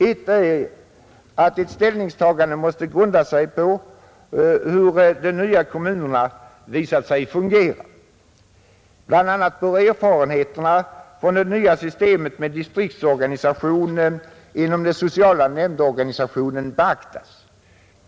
Ett är att ett ställningstagande måste grunda sig på hur de nya kommunerna visar sig fungera, Bl. a. bör erfarenheterna från det nya systemet med distriktsorganisation inom den sociala nämndorganisationen beaktas.